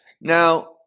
Now